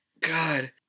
God